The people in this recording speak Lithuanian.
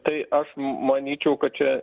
tai aš manyčiau kad čia